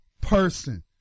person